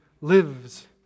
lives